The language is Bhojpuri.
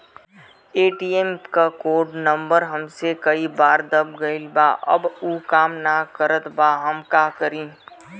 ए.टी.एम क कोड नम्बर हमसे कई बार दब गईल बा अब उ काम ना करत बा हम का करी?